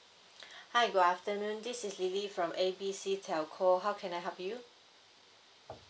hi good afternoon this is lily from A B C telco how can I help you